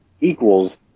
equals